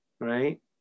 right